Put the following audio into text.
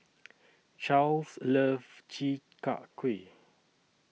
Charls loves Chi Kak Kuih